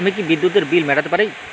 আমি কি বিদ্যুতের বিল মেটাতে পারি?